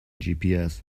gps